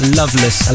loveless